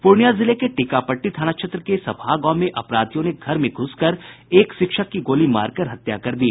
प्रर्णिया जिले के टीकापटटी थाना क्षेत्र के सफहा गांव में अपराधियों ने घर घ्रसकर एक शिक्षक की गोली मारकर हत्या कर दी